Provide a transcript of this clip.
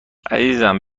عزیزم